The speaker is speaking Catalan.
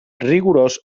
rigorós